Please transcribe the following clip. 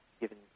given